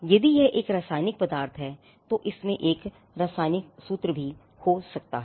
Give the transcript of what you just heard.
यदि यह एक रासायनिक पदार्थ है तो इसमें एक रासायनिक सूत्र भी हो सकता है